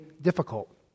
difficult